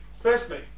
Firstly